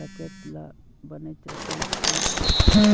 डकैत ल बनेच रकम मिल जाथे